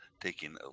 taking